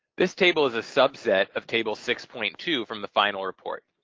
this table is a subset of table six point two from the final report.